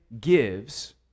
gives